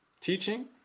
teaching